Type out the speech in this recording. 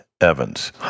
Evans